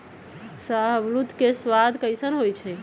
शाहबलूत के सवाद कसाइन्न होइ छइ